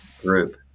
group